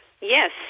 Yes